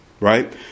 Right